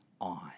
on